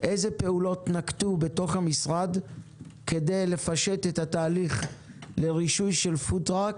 אילו פעולות נקטו בתוך המשרד כדי לפשט את התהליך לרישוי של פוד-טראק